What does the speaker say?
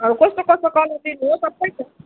अब कस्तो कस्तो कलर चाहिँ हो सबै छ